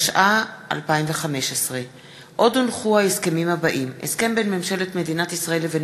התשע"ה 2015. הסכם בין ממשלת מדינת ישראל לבין